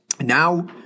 Now